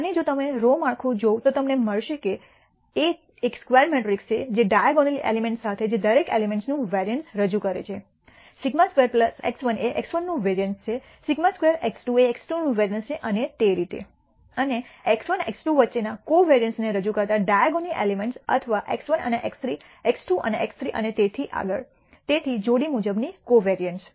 અને જો તમે σ માળખું જોવ તો તમને મળશે કે તે એક સ્ક્વેર મેટ્રિક્સ છે ડાઇગોનલી એલિમેન્ટ્સ સાથે જે દરેક એલિમેન્ટ નું વેરિઅન્સ રજુ કરે છે σ2x1 એ x1 નું વેરિઅન્સ છે σ2x2 એ x2 નું વેરિઅન્સ છે અને તે રીતે અને x 1 અને x2 વચ્ચેના કોવેરીઅન્સ ને રજૂ કરતા ડાઇગોનલી એલિમેન્ટ્સ અથવા x1 અને x3 x2 અને x3 અને તેથી આગળ તેથી જોડી મુજબની કોવેરીઅન્સ